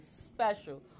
Special